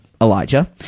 Elijah